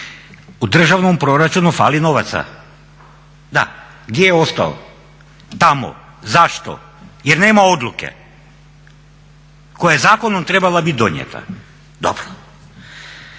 U državnom proračunu fali novaca. Da, gdje je ostao? Tamo. Zašto? Jer nema odluke koja je zakonom trebala bit donijeta. Dobro.